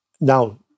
Now